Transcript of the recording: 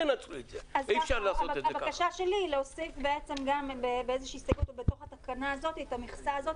אז הבקשה שלי היא להוסיף בתוך התקנה הזו את המככסה הזאת,